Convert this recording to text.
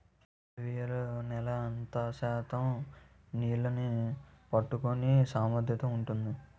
అలువియలు నేల ఎంత శాతం నీళ్ళని పట్టుకొనే సామర్థ్యం ఉంటుంది?